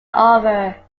offer